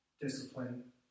discipline